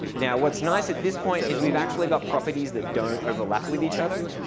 now, what's nice at this point is we've actually got properties that don't overlap with each other.